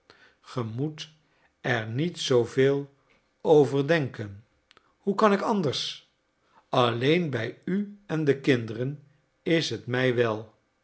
ge moet er niet zooveel over denken hoe kan ik anders alleen bij u en de kinderen is het mij wèl